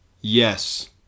Yes